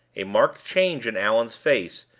a marked change in allan's face,